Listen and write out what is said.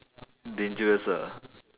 dangerous ah